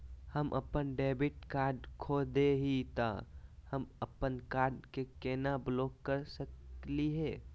हम अपन debit card खो दे ही, त हम अप्पन कार्ड के केना ब्लॉक कर सकली हे?